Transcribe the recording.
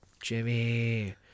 Jimmy